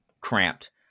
cramped